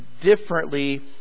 differently